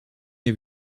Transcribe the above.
nie